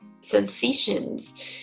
sensations